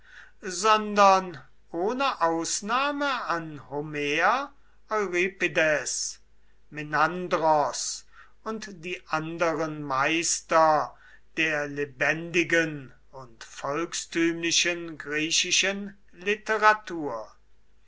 sondern ohne ausnahme an homer euripides menandros und die anderen meister der lebendigen und volkstümlichen griechischen literatur